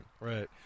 Right